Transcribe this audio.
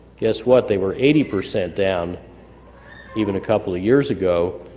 guess what, they were eighty percent down even a couple of years ago.